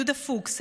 יהודה פוקס,